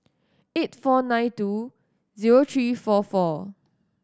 eight four nine two zero three four four